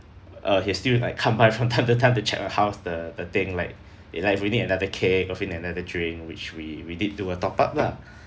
uh he'll still like come by from time to time to check on how's the the thing like if we need another cake or if we need another drink which we we did do a top up lah